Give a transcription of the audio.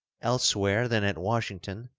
elsewhere than at washington,